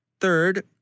Third